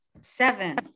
seven